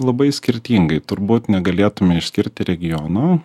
labai skirtingai turbūt negalėtume išskirti regiono